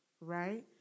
right